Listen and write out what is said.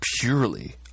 purely